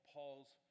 Paul's